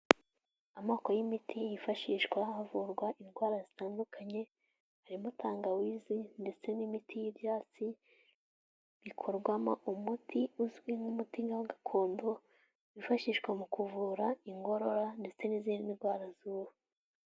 Amoko y'imiti yifashishwa havurwa indwara zitandukanye, harimo tangawizi ndetse n'imiti y'ibyatsi, bikorwamo umuti uzwi nk'umuti nk'uwa gakondo wifashishwa mu kuvura inkorora ndetse n'izindi ndwara z'ubu.